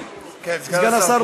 כן, סגן השר פרוש.